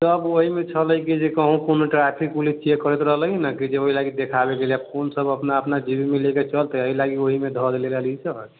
सब ओहिमे छलै कि जे कहूँ कोनो ट्रैफिक पुलिस चेक करैत रहलै ने ओहि लके देखाबएके लिए कि कौन सब अपना अपना जेबीमे लेके चलते अहिलके ओहिमे धय देने रहलिऐ सर